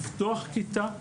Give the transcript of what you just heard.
לפתוח כיתה,